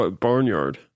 Barnyard